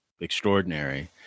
extraordinary